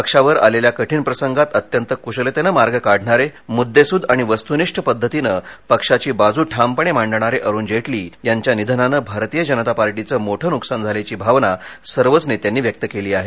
पक्षावर आलेल्या कठीण प्रसंगात अत्यंत कुशलतेने मार्ग काढणारे मुद्देसूद आणि वस्तुनिष्ठ पद्धतीनं पक्षाची बाजू ठामपणे मांडणारे अरुण जेटली यांच्या निधनानं भारतीय जनता पार्टीचं मोठ नुकसान झाल्याची भावना सर्वच नेत्यांनी व्यक्त केली आहे